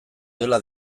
dela